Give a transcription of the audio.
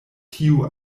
tio